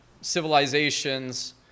civilizations